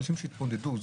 אנשים שהתמודדו.